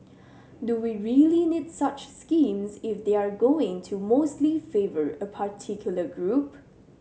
do we really need such schemes if they're going to mostly favour a particular group